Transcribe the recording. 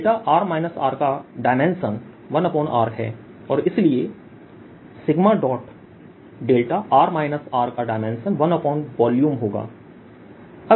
δr Rका dimension 1r है और इसलिए σδr R का डायमेंशन 1Volume होगा